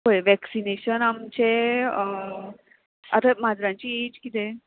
पय वॅक्सिनेशन आमचें आतां माजराची एज कितें